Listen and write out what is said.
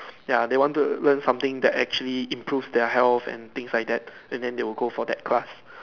ya they want to learn something that actually improve their health and things like that and then they will go for that class